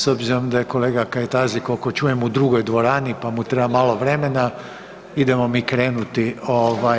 S obzirom da je kolega Kajtazi koliko čujem u drugoj dvorani pa mu treba malo vremena, idemo mi krenuti.